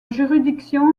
juridiction